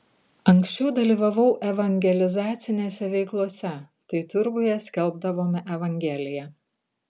anksčiau dalyvavau evangelizacinėse veiklose tai turguje skelbdavome evangeliją